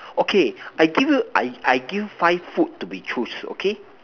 okay I give you I I give five food to be choose okay